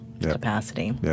capacity